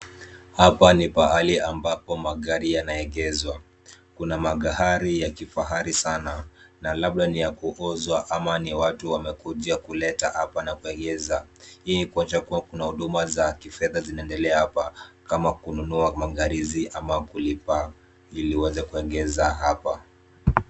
Hapa ni pahali ambapo magari yanaegezwa. Kuna magari ya kifahari sana na labda ni ya kuuzwa ama ni watu wamekuja kuleta hapa na kuegeza. Hii ni kuonyesha kuwa kuna huduma za kifedha zinaendelea hapa kama kununua magari hizi ama kulipa ili uweze kuegeza hapa.